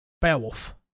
Beowulf